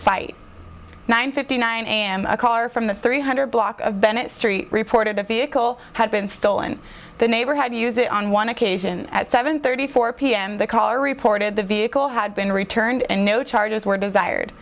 fight nine fifty nine a m a car from the three hundred block of bennett street reported the vehicle had been stolen the neighbor had to use it on one occasion at seven thirty four p m the call reported the vehicle had been returned and no charges were desired